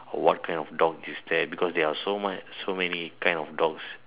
what kind of the dogs is that because there are so much so many kind of dogs